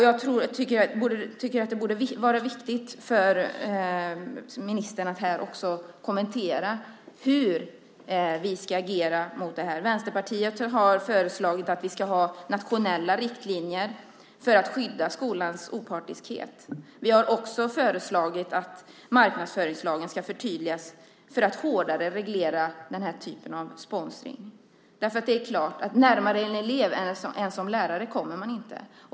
Jag tycker att det borde vara viktigt för ministern att kommentera hur vi ska agera mot detta. Vänsterpartiet har föreslagit att vi ska ha nationella riktlinjer för att skydda skolans opartiskhet. Vi har också föreslagit att marknadsföringslagen ska förtydligas för att hårdare reglera den här typen av sponsring. Närmare en elev än som lärare kommer man inte.